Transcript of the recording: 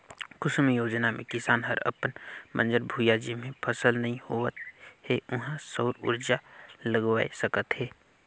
कुसुम योजना मे किसान हर अपन बंजर भुइयां जेम्हे फसल नइ होवत हे उहां सउर उरजा लगवाये सकत हे